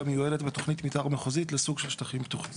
מיועדת בתוכנית מתאר מחוזית לסוג של שטחים פתוחים.".